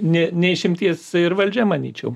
ne ne išimtis ir valdžia manyčiau